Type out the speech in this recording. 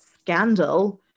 Scandal